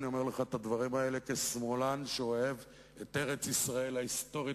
אני אומר לך את הדברים האלה כשמאלן שאוהב את ארץ-ישראל ההיסטורית,